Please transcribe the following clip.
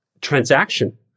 transaction